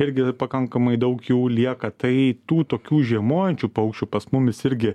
irgi pakankamai daug jų lieka tai tų tokių žiemojančių paukščių pas mumis irgi